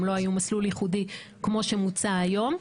הם לא היו מסלול ייחודי כמו שמוצע היום.